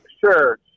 Sure